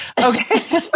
Okay